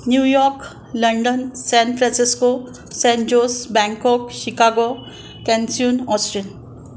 New York London San Francisco San Jose Bangkok Chicago Cancun Osteen